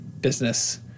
business